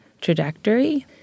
trajectory